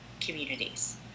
communities